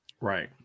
Right